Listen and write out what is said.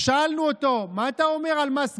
ושאלנו אותו: מה אתה אומר על מס גודש?